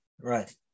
Right